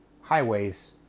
highways